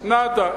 נאדה.